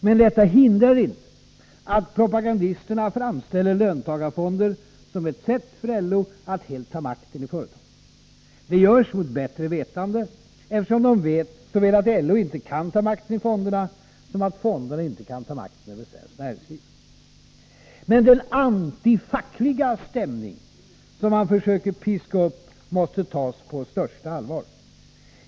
Men detta hindrar inte att propagandisterna framställer löntagarfonder som ett sätt för LO att ta makten i företagen. Det görs mot bättre vetande, eftersom de vet såväl att LO inte kan ta makten i fonderna som att fonderna inte kan ta makten över svenskt näringsliv. Men den antifackliga stämning som man försöker piska upp måste tas på största allvar.